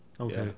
Okay